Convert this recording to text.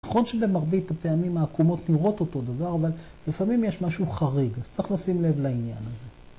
נכון שבמרבית הפעמים העקומות נראות אותו דבר, אבל לפעמים יש משהו חריג, אז צריך לשים לב לעניין הזה.